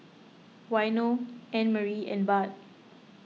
Waino Annemarie and Bart